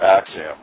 axiom